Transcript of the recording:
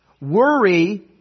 Worry